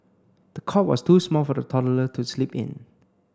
the cot was too small for the toddler to sleep in